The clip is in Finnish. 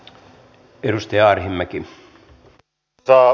arvoisa puhemies